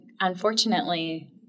unfortunately